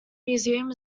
museum